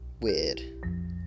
weird